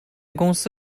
公司